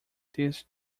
this